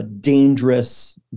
dangerous